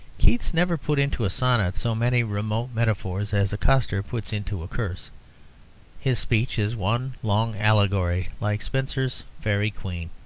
keats never put into a sonnet so many remote metaphors as a coster puts into a curse his speech is one long allegory, like spenser's faerie queen